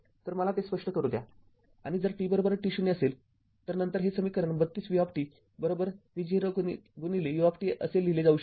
तर मला ते स्पष्ट करू द्या आणि जर t t0 असेल तर नंतर हे समीकरण ३२ v v0u असे लिहिले जाऊ शकते